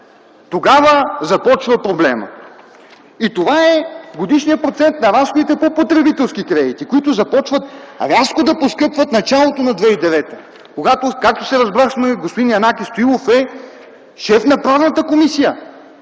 правят. Започва проблемът с годишния процент на разходите по потребителски кредити, които започват рязко да поскъпват в началото на 2009 г., когато, както се разбрахме, господин Янаки Стоилов е шеф на Правната комисия.